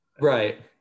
right